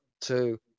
two